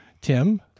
Tim